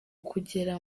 kugera